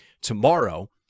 tomorrow